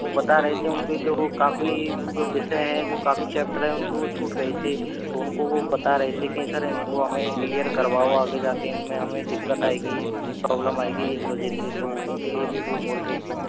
तो वो बता रहे थे उनके जो काफ़ी जो विषय हैं जो काफ़ी चैप्टर हैं उनके वो छूट गए थे तो उनको वो बता रहे थे कि सर इनको हमें क्लियर करवाओ आगे जा कर इन में हमें दिक्कत आएगी प्रॉब्लम आएगी इस वजह से तो उनके लिए भी वो बोल रहे थे